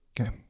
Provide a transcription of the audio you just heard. Okay